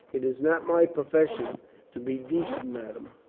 it is not my profession to be decent, madame.